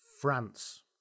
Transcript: France